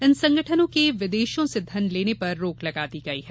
इन संगठनों के विदेशों से धन लेने पर रोक लगा दी गई है